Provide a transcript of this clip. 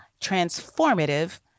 transformative